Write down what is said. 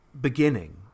beginning